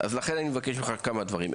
אז לכן אני מבקש ממך כמה דברים.